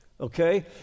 okay